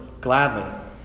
gladly